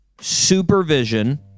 supervision